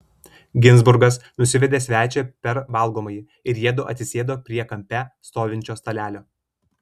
ginzburgas nusivedė svečią per valgomąjį ir jiedu atsisėdo prie kampe stovinčio stalelio